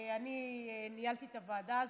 אני ניהלתי את הוועדה הזאת.